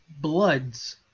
Bloods